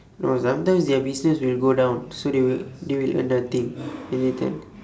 no sometimes their business will go down so they will they will earn nothing in return